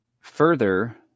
further